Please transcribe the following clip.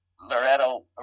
Loretto